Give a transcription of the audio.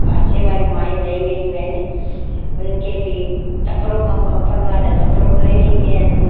पासे वारियूं माइयूं ॾेई वेंदियूं आहिनि उन्हनि खे बि तकिड़ो कमु खपंदो आहे त तकिड़ो करे ॾींदी आयानि